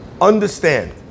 understand